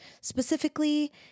specifically